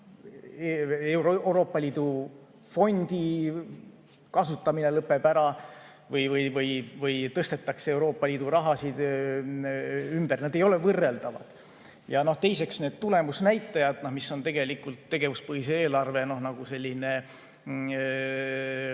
Euroopa Liidu mingi fondi kasutamine lõpeb ära või tõstetakse Euroopa Liidu rahasid ümber – need ei ole võrreldavad. Ja teiseks, need tulemusnäitajad, mis on tegelikult tegevuspõhise eelarve tuum,